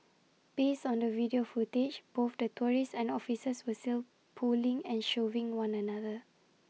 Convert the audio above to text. based on the video footage both the tourists and officers were sell pulling and shoving one another